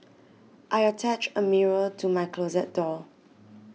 I attached a mirror to my closet door